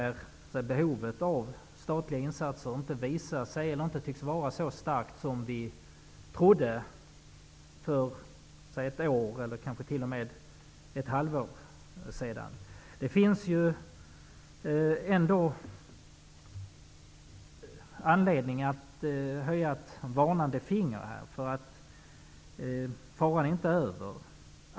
Behovet av statliga insatser har visat sig inte vara så starkt som vi trodde för ett år sedan eller t.o.m. för ett halvår sedan. Men det finns ändå anledning att höja ett varnande finger här. Faran är inte över.